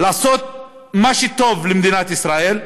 לעשות מה שטוב למדינת ישראל,